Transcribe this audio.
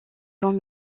camps